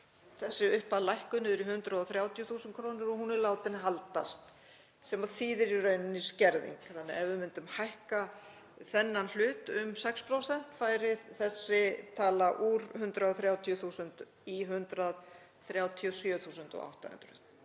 þessi upphæð lækkuð niður í 130.000 kr. og hún er látin haldast sem þýðir í raun skerðingu þannig að ef við myndum hækka þennan hlut um 6% færi þessi tala úr 130.000 kr. í 137.800